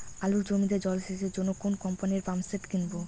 আলুর জমিতে জল সেচের জন্য কোন কোম্পানির পাম্পসেট কিনব?